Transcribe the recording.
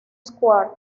square